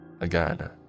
Again